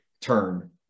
turn